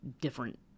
different